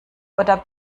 oder